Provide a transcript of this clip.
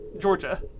Georgia